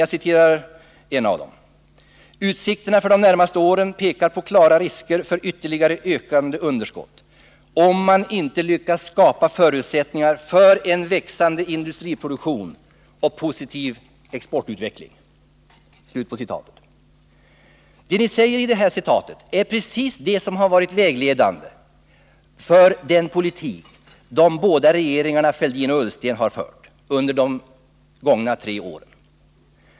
Jag citerar en av dem: ”Utsikterna för de närmaste åren pekar på klara risker för ytterligare ökande underskott — om man inte lyckas skapa förutsättningar för en växande industriproduktion och positiv exportutveckling.” Det ni säger här är precis det som varit vägledande för de båda regeringarna Fälldin och Ullsten under de tre gångna åren.